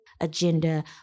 agenda